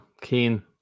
Keen